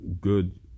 good